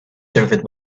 served